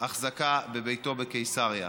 החזקה בביתו בקיסריה.